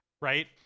right